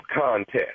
contest